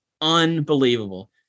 Unbelievable